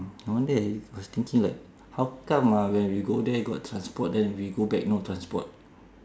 no wonder I was thinking like how come ah when we go there got transport then we go back no transport